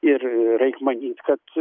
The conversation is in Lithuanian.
ir reik manyt kad